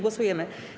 Głosujemy.